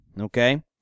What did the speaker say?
okay